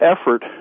effort